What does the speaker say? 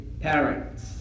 parents